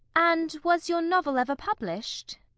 and was your novel ever published?